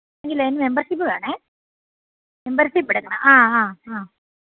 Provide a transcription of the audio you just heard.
എങ്കിലെ അതിനെ മെമ്പർഷിപ്പ് വേണേൽ മെമ്പർഷിപ്പെട്ക്കണം ആ ആ ആ